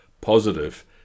positive